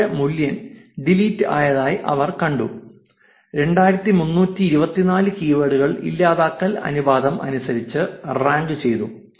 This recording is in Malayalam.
7 മില്യൺ ഡിലീറ്റ് ആയതായി അവർ കണ്ടു 2324 കീവേഡുകൾ ഇല്ലാതാക്കൽ അനുപാതം അനുസരിച്ച് റാങ്ക് ചെയ്തു